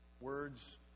Words